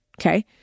Okay